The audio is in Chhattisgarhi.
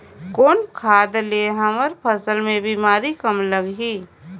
कौन खाद ले हमर फसल मे बीमारी कम लगही?